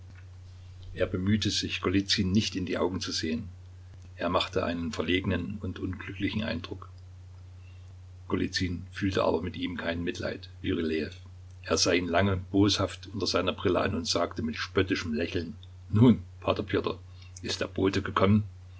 er bemühte sich golizyn nicht in die augen zu sehen er machte einen verlegenen und unglücklichen eindruck golizyn fühlte aber mit ihm kein mitleid wie rylejew er sah ihn lange boshaft unter seiner brille an und sagte mit spöttischem lächeln nun p pjotr ist der bote gekommen